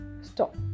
Stop